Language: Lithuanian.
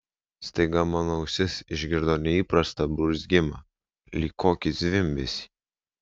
staiga mano ausis išgirdo neįprastą burzgimą lyg kokį zvimbesį